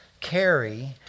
carry